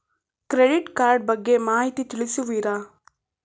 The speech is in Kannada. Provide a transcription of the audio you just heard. ಕ್ರೆಡಿಟ್ ಕಾರ್ಡ್ ಬಗ್ಗೆ ಮಾಹಿತಿ ತಿಳಿಸುವಿರಾ?